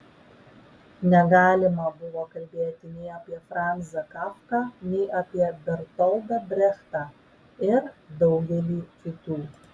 negalima buvo kalbėti nei apie franzą kafką nei apie bertoldą brechtą ir daugelį kitų